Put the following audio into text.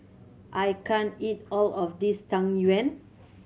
I can't eat all of this Tang Yuen